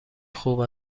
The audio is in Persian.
خوب